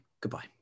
goodbye